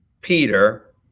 Peter